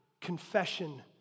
confession